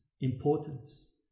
importance